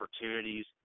opportunities